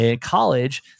college